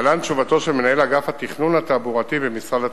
להלן תשובתו של מנהל אגף התכנון התעבורתי במשרד התחבורה: